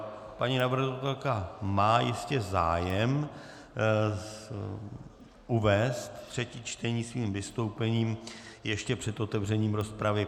Paní navrhovatelka má jistě zájem uvést třetí čtení svým vystoupením ještě před otevřením rozpravy.